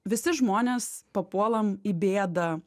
visi žmonės papuolam į bėdą